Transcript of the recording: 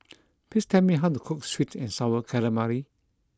please tell me how to cook Sweet and Sour Calamari